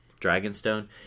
Dragonstone